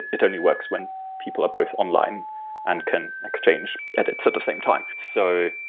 it only works when people are both online and can exchange edits at the same time so